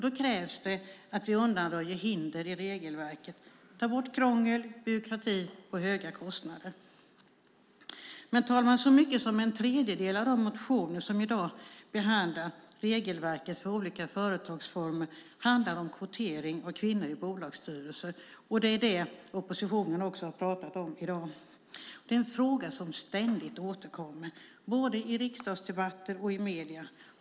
Då krävs det att vi undanröjer hinder i regelverken, att vi tar bort krångel, byråkrati och höga kostnader. Herr talman! Så många som en tredjedel av de motioner som i dag behandlar regelverk för olika företagsformer handlar om kvotering av kvinnor i bolagsstyrelser. Det har oppositionen också talat om i dag. Det är en fråga som ständigt återkommer både i riksdagsdebatter och i medierna.